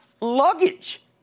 Luggage